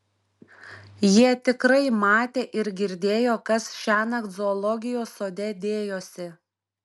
jie tikrai matė ir girdėjo kas šiąnakt zoologijos sode dėjosi